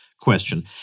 question